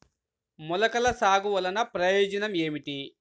మొలకల సాగు వలన ప్రయోజనం ఏమిటీ?